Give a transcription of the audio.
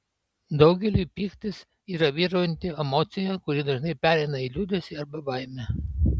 daugeliui pyktis yra vyraujanti emocija kuri dažnai pereina į liūdesį arba baimę